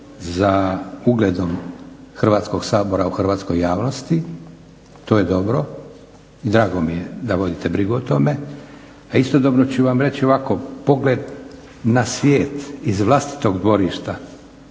za ugledom Hrvatskog sabora u hrvatskoj javnosti, to je dobro i drago mi je da vodite brigu o tome, a istodobno ću vam reći ovako pogled na svijet iz vlastitog dvorišta